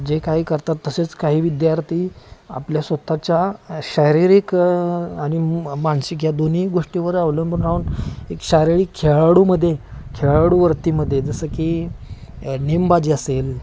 जे काही करतात तसेच काही विद्यार्थी आपल्या स्वत च्या शारीरिक आणि मानसिक या दोन्ही गोष्टीवर अवलंबून राहून एक शारीरिक खेळाडूमध्ये खेळाडूवृत्तीमध्ये जसं की नेमबाजी असेल